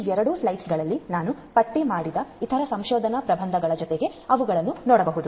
ಈ ಎರಡು ಸ್ಲೈಡ್ಗಳಲ್ಲಿ ನಾನು ಪಟ್ಟಿ ಮಾಡಿದ ಇತರ ಸಂಶೋಧನಾ ಪ್ರಬಂಧಗಳ ಜೊತೆಗೆ ಅವುಗಳನ್ನೂ ನೋಡಬಹುದು